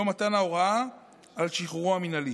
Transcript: יום מתן ההוראה על שחרורו המינהלי,